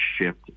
shift